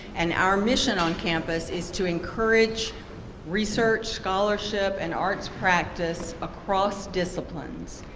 and our mission on campus is to encourage research, scholarship and arts practice across disciplines.